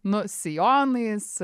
nu sijonais